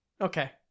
okay